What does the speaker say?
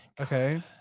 okay